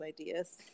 ideas